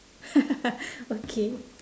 okay